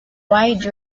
wide